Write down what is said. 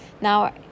Now